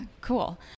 cool